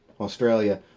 Australia